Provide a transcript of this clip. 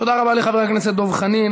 תודה רבה לחבר הכנסת דב חנין.